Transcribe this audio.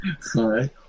Sorry